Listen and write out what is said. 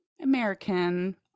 American